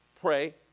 pray